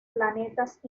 planetas